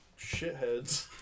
shitheads